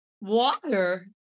Water